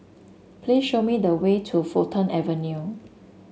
please show me the way to Fulton Avenue